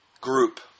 group